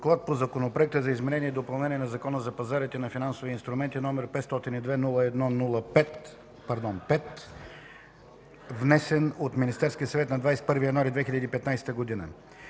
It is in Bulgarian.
Законопроект за изменение и допълнение на Закона за пазарите на финансови инструменти, № 502-01-5, внесен от Министерския съвет на 21 януари 2015 г.